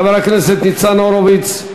חבר הכנסת ניצן הורוביץ,